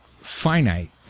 finite